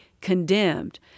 condemned